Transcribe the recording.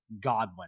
Godwin